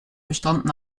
bestanden